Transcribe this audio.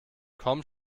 komm